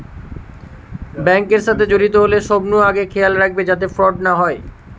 bank এর সাথে জড়িত হলে সবনু আগে খেয়াল রাখবে যাতে ফ্রড না হয়